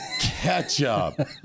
Ketchup